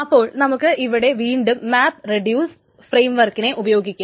അപ്പോൾ നമുക്ക് ഇവിടെ വീണ്ടും മാപ് റെഡ്യൂസ് ഫ്രെയിംവർക്കിനെ ഉപയൊഗിക്കാം